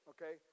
Okay